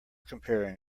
comparing